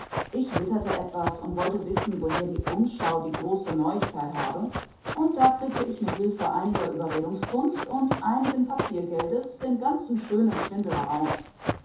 ich witterte etwas und wollte wissen woher die umschau die große neuigkeit habe und da kriegte ich mit hilfe einiger überredungskunst und einigen papiergeldes den ganzen schönen schwindel heraus